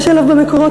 יש עליו במקורות.